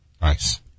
Nice